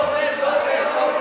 קבוצת סיעת מרצ,